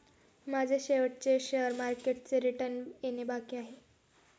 माझे शेवटचे शेअर मार्केटचे रिटर्न येणे बाकी आहे